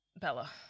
Bella